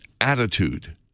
attitude